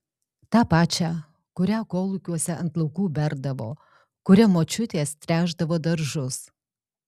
tą pačią kurią kolūkiuose ant laukų berdavo kuria močiutės tręšdavo daržus